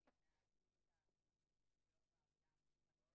המלצות לתיקון חוק ונעשה תהליך של תיקון החקיקה בנושא הזה עם כל השותפים.